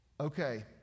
Okay